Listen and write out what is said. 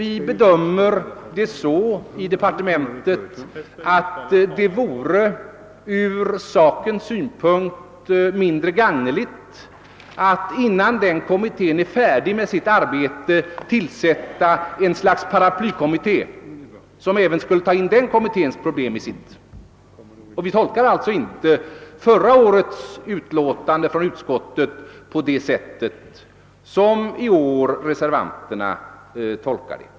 I departementet har vi den bedömningen, att det vore mindre gagneligt att innan den kommittén är färdig med sitt arbete tillsätta ett slags paraplykommitté, som skulle ta in även denna kommittés problem i sitt. Vi tolkar alltså inte förra årets uttalande av utskottet på samma sätt som reservanterna i år tolkar det.